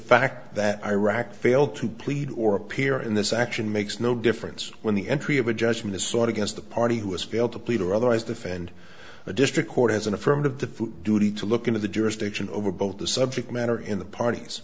fact that iraq failed to plead or appear in this action makes no difference when the entry of a judgment is sort of going to the party who has failed to plead or otherwise defend a district court has an affirmative the duty to look into the jurisdiction over both the subject matter in the parties